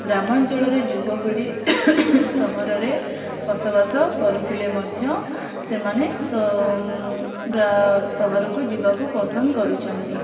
ଗ୍ରାମାଞ୍ଚଳରେ ଯୁବପିଢ଼ି ସହରରେ ବସବାସ କରୁଥିଲେ ମଧ୍ୟ ସେମାନେ ସହରକୁ ଯିବାକୁ ପସନ୍ଦ କରୁଛନ୍ତି